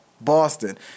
Boston